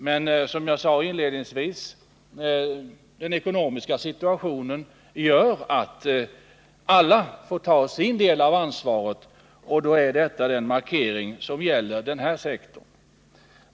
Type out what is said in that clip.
Men, som jag sade inledningsvis, den ekonomiska situationen gör att alla får ta sin del av ansvaret, och då är utskottets förslag den markering som gäller denna sektor.